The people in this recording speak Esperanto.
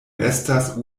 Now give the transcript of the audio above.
estas